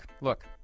look